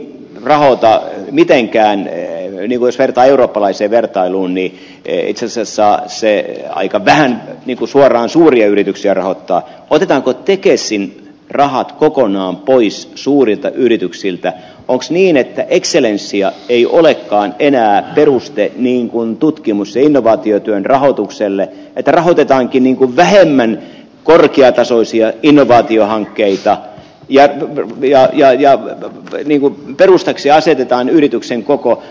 nautaa mitenkään yli vois vertaa eurooppalaiseen vertailuunliikkeitä se saa siinä aika vähän niinku suoraan suuria yrityksiä rahoittaa otetaanko tekesin rahat kokonaan pois suurilta yrityksiltä ox niin että ekselensia ei olekaan tietää perusteet niin kuin tutkimusinnovaatiotyön rahoitukselle että rahoitetaankinin lähellä korkeatasoisia innovaatiohankkeita ja pia ja ja pelin perustaksi asetetaan yrityksen koko